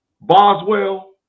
Boswell